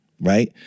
right